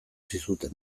zizuten